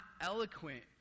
eloquent